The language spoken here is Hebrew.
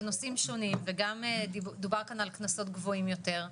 בנושאים שונים וגם דובר כאן על קנסות גבוהים יותר,